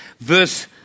verse